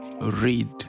read